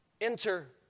Enter